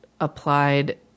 applied